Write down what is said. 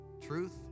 Truth